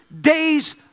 days